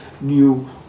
new